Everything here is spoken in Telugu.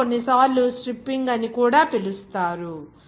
దీనిని కొన్నిసార్లు స్ట్రిప్పింగ్ అని కూడా పిలుస్తారు